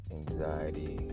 anxiety